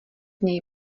něj